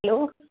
hello